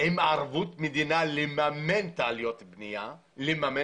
עם ערבות מדינה לממן את עלויות הבנייה כי לבן